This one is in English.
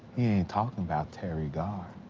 talking about teri garr.